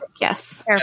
yes